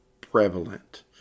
prevalent